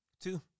Two